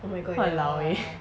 !walao! eh